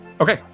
Okay